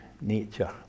nature